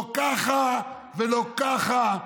לא ככה ולא ככה,